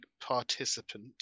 participant